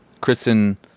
Kristen